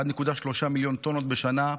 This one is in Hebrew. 1.3 מיליון טונות בשנה,